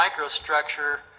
microstructure